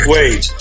Wait